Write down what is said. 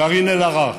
קארין אלהרר,